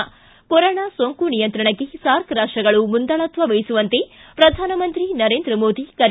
ಿ ಕೊರೋನಾ ಸೋಂಕು ನಿಯಂತ್ರಣಕ್ಕೆ ಸಾರ್ಕ್ ರಾಷ್ಟಗಳು ಮುಂದಾಳತ್ವ ವಹಿಸುವಂತೆ ಪ್ರಧಾನಮಂತ್ರಿ ನರೇಂದ್ರ ಮೋದಿ ಕರೆ